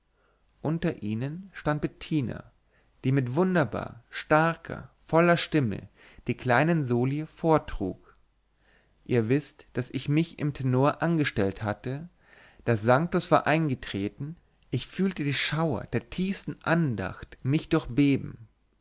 unter ihnen stand bettina die mit wunderbar starker voller stimme die kleinen soli vortrug ihr wißt daß ich mich im tenor angestellt hatte das sanctus war eingetreten ich fühlte die schauer der tiefsten andacht mich